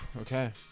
Okay